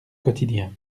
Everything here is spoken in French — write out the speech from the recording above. quotidien